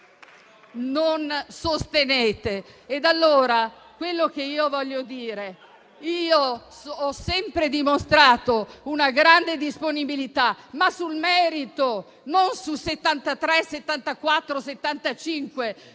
non sostenete. Ho sempre dimostrato una grande disponibilità, ma sul merito, non sui numeri